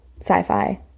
sci-fi